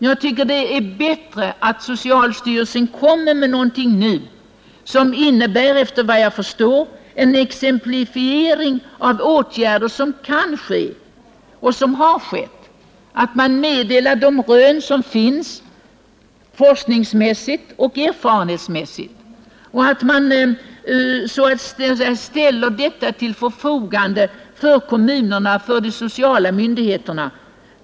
Jag tycker det är bättre att socialstyrelsen nu exemplifierar åtgärder som kan vidtas och som har vidtagits, att man meddelar de rön som har gjorts forskningsmässigt och erfarenhetsmässigt och att man ställer detta till förfogande för kommunerna och de sociala myndigheterna.